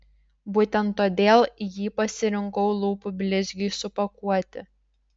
būtent todėl jį pasirinkau lūpų blizgiui supakuoti